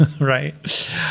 right